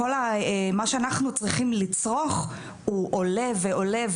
כל מה שאנחנו צריכים לצרוך הוא עולה ועולה.